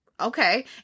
Okay